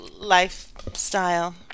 lifestyle